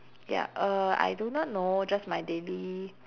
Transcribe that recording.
ya uh I do not know just my daily